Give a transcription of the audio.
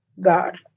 God